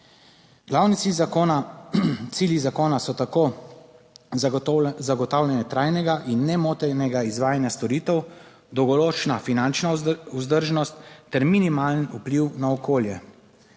zakona, cilji zakona so tako za zagotavljanje trajnega in nemotenega izvajanja storitev, dolgoročna finančna vzdržnost ter minimalen vpliv na okolje.